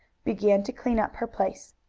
began to clean up her place.